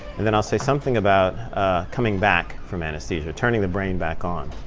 and then i'll say something about coming back from anesthesia turning the brain back on.